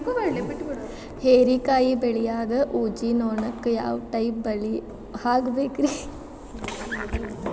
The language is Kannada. ಹೇರಿಕಾಯಿ ಬೆಳಿಯಾಗ ಊಜಿ ನೋಣಕ್ಕ ಯಾವ ಟೈಪ್ ಬಲಿ ಹಾಕಬೇಕ್ರಿ?